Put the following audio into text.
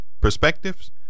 perspectives